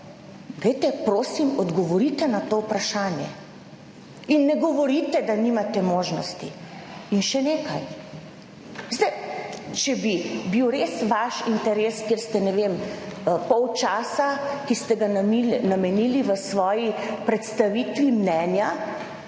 Glejte, prosim, odgovorite na to vprašanje in ne govorite, da nimate možnosti in še nekaj veste, če bi bil res vaš interes, kjer ste, ne vem, pol časa, ki ste ga namenili v svoji predstavitvi mnenja,